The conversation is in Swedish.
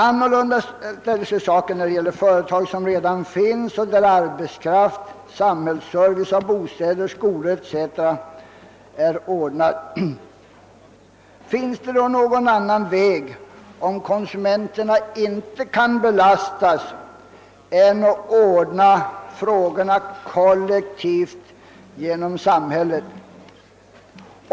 Annorlunda ställer sig saken när det gäller företag som redan finns och för vilka arbetskraft, samhällsservice i form av bostäder, skolor etc. är ordnad. Finns det då någon annan väg, om konsumenterna inte kan belastas, än att lösa problemen kollektivt genom samhället.